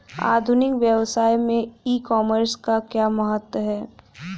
आधुनिक व्यवसाय में ई कॉमर्स का क्या महत्व है?